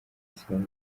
israel